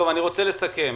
אני רוצה לסכם.